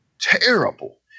terrible